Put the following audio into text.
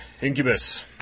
Incubus